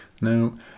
Now